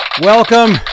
welcome